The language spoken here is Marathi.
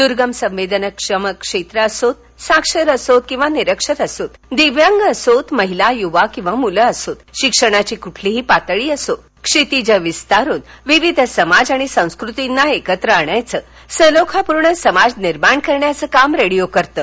दूर्गम संवेदनक्षम क्षेत्र असो साक्षर असो किंवा निरक्षर असोत दिव्यांग असोत महिला युवा किंवा मुलं असोत शिक्षणाची कुठलीही पातळी असो क्षितीज विस्तरुन विविध समाज आणि संस्कृतींना एकत्र आणायचं सलोखापूर्ण समाज निर्माण करण्याचं काम रेडिओ करतं